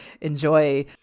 enjoy